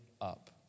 up